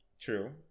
True